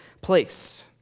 place